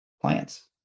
clients